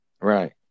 right